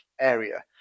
area